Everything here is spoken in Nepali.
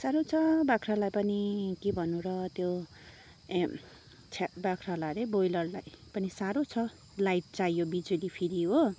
साह्रो छ बाख्रालाई पनि के भन्नु र त्यो छ्या बाख्रालाई हरे ब्रोइलरलाई पनि साह्रो छ लाइट चाहियो बिजुली फेरि हो